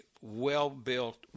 well-built